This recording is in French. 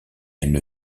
une